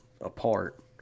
apart